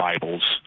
Bibles